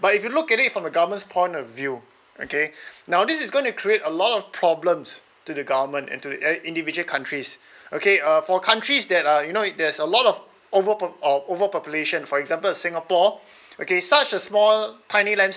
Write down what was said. but if you look at it from the government's point of view okay now this is going to create a lot of problems to the government and to an individual countries okay uh for countries that are you know there's a lot of overpo~ ov~ overpopulation for example singapore okay such a small tiny land